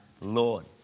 Lord